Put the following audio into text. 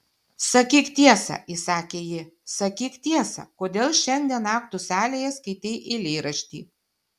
sakyk tiesą įsakė ji sakyk tiesą kodėl šiandien aktų salėje skaitei eilėraštį